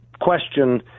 question